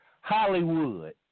Hollywood